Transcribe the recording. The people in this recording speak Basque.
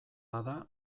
bada